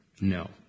No